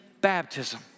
baptism